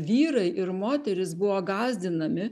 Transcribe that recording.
vyrai ir moterys buvo gąsdinami